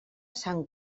sant